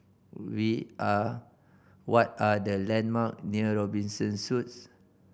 where are what are the landmark near Robinson Suites